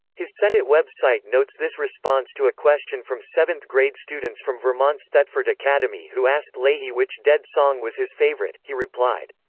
his senate web-site notes this response to a question from seventh-grade students from vermont's thetford academy who asked leahy which dead song was his favorite, he replied.